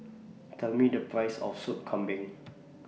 Tell Me The Price of Sop Kambing